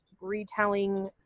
retelling